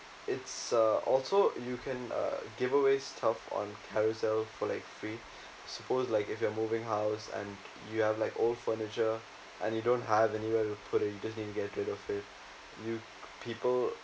it's a also you can uh giveaway stuff on Carousell for like free suppose like if you are moving house and you have like old furniture and you don't have anywhere to put it you just need to get it away you people